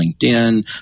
LinkedIn